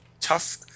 tough